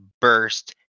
burst